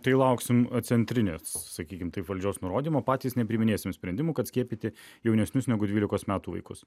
tai lauksim centrinės sakykim taip valdžios nurodymo patys nepriiminėsim sprendimų kad skiepyti jaunesnius negu dvylikos metų vaikus